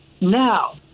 Now